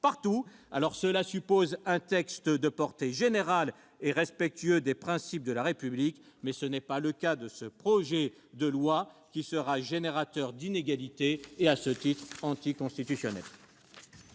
Cela suppose un texte de portée générale, respectueux des principes de la République. Ce n'est pas le cas de ce projet de loi, générateur d'inégalités et, à ce titre, anticonstitutionnel.